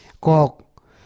kok